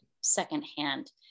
secondhand